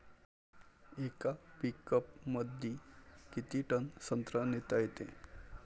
येका पिकअपमंदी किती टन संत्रा नेता येते?